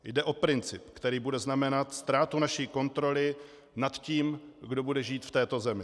Jde o princip, který bude znamenat ztrátu naší kontroly nad tím, kdo bude žít v této zemi.